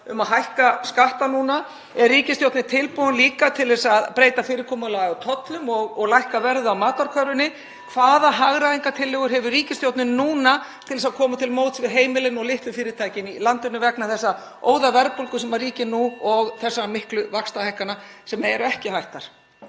um að hækka skatta núna? Er ríkisstjórnin líka tilbúin að breyta fyrirkomulagi á tollum og lækka verðið á matarkörfunni? (Forseti hringir.) Hvaða hagræðingartillögur hefur ríkisstjórnin núna til þess að koma til móts við heimilin og litlu fyrirtækin í landinu vegna þeirrar óðaverðbólgu sem ríkir nú og þessara miklu vaxtahækkana sem eru ekki hættar?